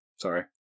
Sorry